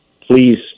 Please